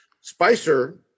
Spicer